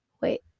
Wait